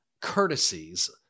courtesies